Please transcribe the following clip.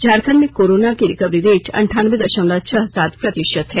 झारखंड में कोरोना की recovery rate अनठानबे दशमलव छह सात प्रतिशत है